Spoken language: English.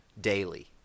daily